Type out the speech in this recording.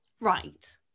right